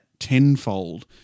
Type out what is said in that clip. tenfold